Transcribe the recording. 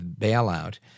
bailout